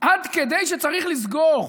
עד כדי כך שצריך לסגור.